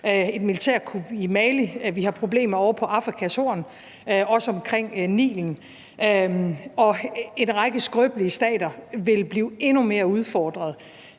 et militærkup i Mali, vi har problemer ovre på Afrikas Horn og omkring Nilen, og en række skrøbelige stater vil blive endnu mere udfordret,